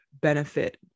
benefit